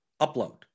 Upload